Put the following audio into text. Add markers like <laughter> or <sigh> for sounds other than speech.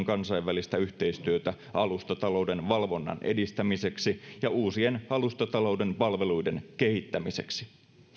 <unintelligible> kansainvälistä yhteistyötä alustatalouden valvonnan edistämiseksi ja uusien alustatalouden palveluiden kehittämiseksi